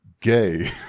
gay